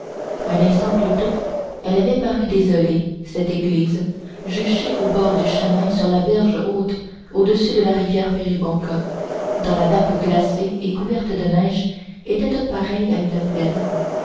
un instant plus tôt elle avait paru désolée cette église juchée au bord du chemin sur la berge haute au-dessus de la rivière péribonka dont la nappe glacée et couverte de neige était toute pareille à une plaine